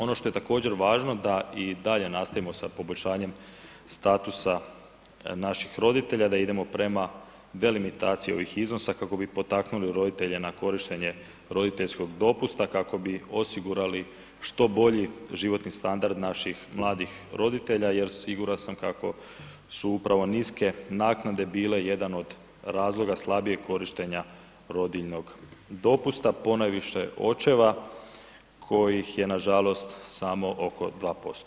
Ono što je također važno da i dalje nastavimo sa poboljšanjem statusa naših roditelja, da idemo prema delimitaciji ovih iznosa kako bi potaknuli roditelje na korištenje roditeljskog dopusta kako bi osigurali što bolji životni standard naših mladih roditelja jer siguran sam kako su upravo niske naknade bile jedan od razloga slabijeg korištenja rodiljnog dopusta, ponajviše očeva kojih je nažalost samo oko 2%